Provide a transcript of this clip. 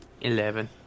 eleven